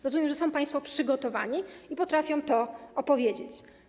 Rozumiem, że są państwo przygotowani i potrafią to powiedzieć.